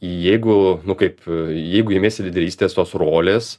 jeigu nu kaip jeigu imiesi lyderystės tos rolės